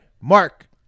Mark